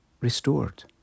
restored